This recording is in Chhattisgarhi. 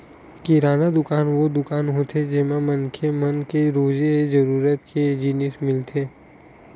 किराना दुकान वो दुकान होथे जेमा मनखे मन के रोजे जरूरत के जिनिस मिलथे